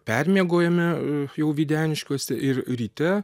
permiegojome jau videniškiuose ir ryte